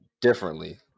differently